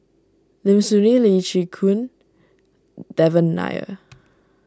Lim Soo Ngee Lee Chin Koon Devan Nair